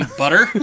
butter